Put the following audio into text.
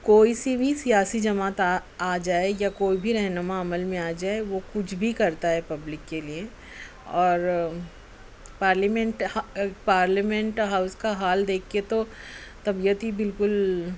کوئی سی بھی سیاسی جماعت آ آ جائے یا کوئی بھی رہنما عمل میں آ جائے وہ کچھ بھی کرتا ہے پبلک کے لئے اور پارلیمنٹ ہاوس پارلیمنٹ ہاوس کا حال دیکھ کے تو طبیعت ہی بالکل